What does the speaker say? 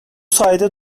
sayede